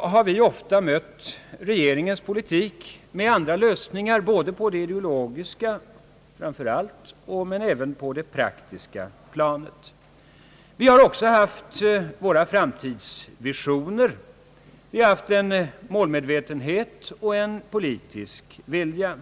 har vi mött regeringens politik med andra lösningar både på det ideologiska — framför allt — men även på det praktiska planet. Vi har också haft våra framtidsvisioner. Vi har haft en målmedvetenhet och en politisk vilja.